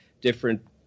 different